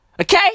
Okay